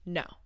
no